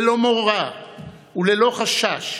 ללא מורא וללא חשש,